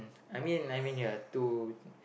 I mean I mean you're a two